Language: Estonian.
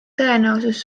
tõenäosus